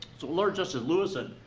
so lord justice lewison,